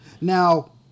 Now